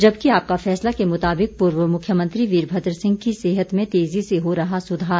जबकि आपका फैसला के मुताबिक पूर्व मुख्यमंत्री वीरभद्र सिंह की सेहत में तेजी से हो रहा सुधार